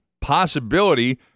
possibility